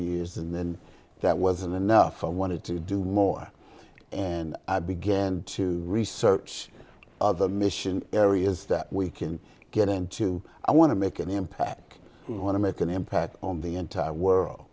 years and then that wasn't enough i wanted to do more and i began to research other mission areas that we can get into i want to make an impact and want to make an impact on the entire